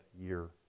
year